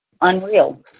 unreal